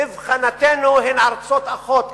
מבחינתנו הן ארצות אחיות.